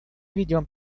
ведем